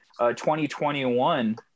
2021